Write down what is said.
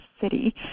city